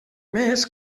més